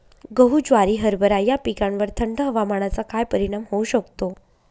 गहू, ज्वारी, हरभरा या पिकांवर थंड हवामानाचा काय परिणाम होऊ शकतो?